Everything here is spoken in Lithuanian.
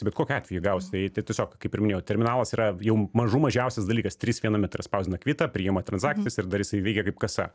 bet kokiu atveju gaus tai tai tiesiog kaip ir minėjau terminalas yra jau mažų mažiausias dalykas trys viename tai yra spausdina kvitą priima transakcijas ir dar jisai veikia kaip kasa